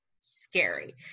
scary